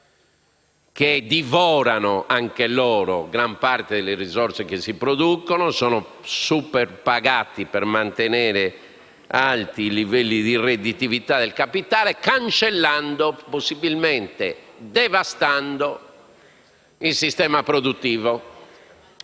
che divorano anche loro gran parte delle risorse che si producono e sono superpagati per mantenere alti i livelli di redditività del capitale, cancellando possibilmente e devastando il sistema produttivo.